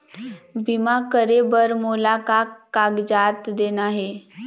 बीमा करे बर मोला का कागजात देना हे?